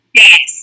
yes